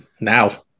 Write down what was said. now